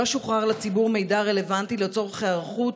לא שוחרר לציבור מידע רלוונטי לצורך היערכות,